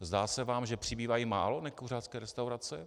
Zdá se vám, že přibývají málo nekuřácké restaurace?